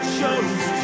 chose